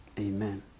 Amen